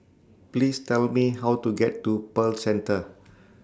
Please Tell Me How to get to Pearl Centre